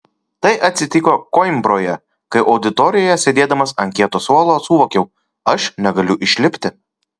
tai atsitiko koimbroje kai auditorijoje sėdėdamas ant kieto suolo suvokiau aš negaliu išlipti